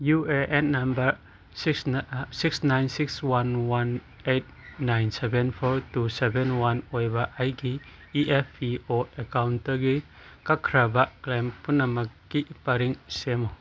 U A N number six six nine six one one eight nine seven four two seven one ꯑꯣꯏꯕ ꯑꯩꯒꯤ E F P O ꯑꯦꯛꯀꯥꯎꯟꯇꯒꯤ ꯀꯛꯈ꯭ꯔꯕ claim ꯄꯨꯝꯅꯃꯛꯀꯤ ꯄꯔꯤꯡ ꯁꯦꯝꯃꯨ